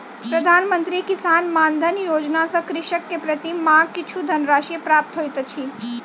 प्रधान मंत्री किसान मानधन योजना सॅ कृषक के प्रति माह किछु धनराशि प्राप्त होइत अछि